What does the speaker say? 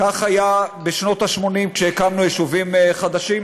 כך היה בשנות ה-80 כשהקמנו יישובים חדשים.